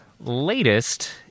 latest